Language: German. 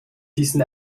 diesen